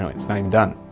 it's not even done.